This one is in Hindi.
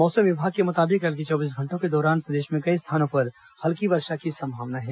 मौसम विभाग के मुतातिब अगले चौबीस घंटों के दौरान प्रदेश के कई स्थानों पर हल्की वर्षा की संभावना है